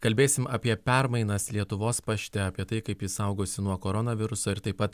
kalbėsim apie permainas lietuvos pašte apie tai kaip jis saugosi nuo koronaviruso ir taip pat